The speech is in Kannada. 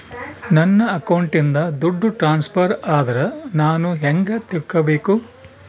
ನನ್ನ ಅಕೌಂಟಿಂದ ದುಡ್ಡು ಟ್ರಾನ್ಸ್ಫರ್ ಆದ್ರ ನಾನು ಹೆಂಗ ತಿಳಕಬೇಕು?